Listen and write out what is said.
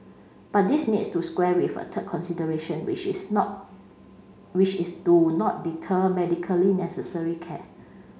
but this needs to square with a third consideration which is not which is to not deter medically necessary care